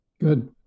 Good